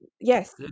yes